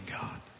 God